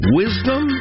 wisdom